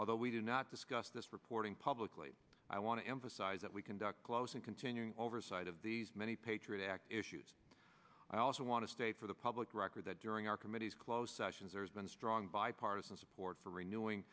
although we did not discuss this reporting publicly i want to emphasize that we conduct close and continuing oversight of these many patriot act issues i also want to state for the public record that during our committee's closed sessions there's been strong bipartisan support for renewing